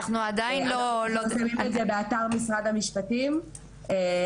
אז זה לא מספיק מתואם, לא מספיק טוב.